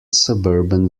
suburban